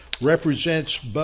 represents